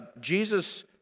Jesus